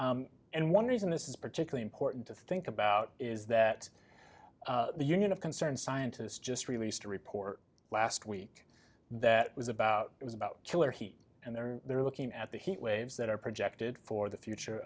bills and one reason this is particularly important to think about is that the union of concerned scientists just released a report last week that was about it was about killer heat and there they're looking at the heat waves that are projected for the future